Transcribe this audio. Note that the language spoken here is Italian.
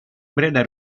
breda